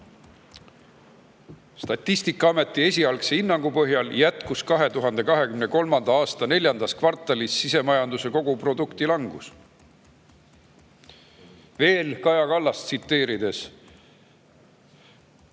"Statistikaameti esialgse hinnangu põhjal jätkus 2023. aasta neljandas kvartalis sisemajanduse koguprodukti (SKP) langus". Veel tsiteerin